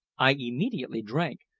i immediately drank,